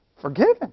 Forgiven